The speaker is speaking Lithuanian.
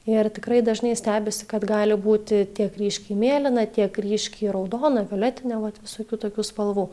ir tikrai dažnai stebisi kad gali būti tiek ryškiai mėlyna tiek ryškiai raudona violetinė vat visokių tokių spalvų